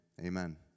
Amen